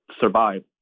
Survive